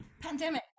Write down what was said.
pandemic